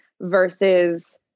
versus